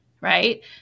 Right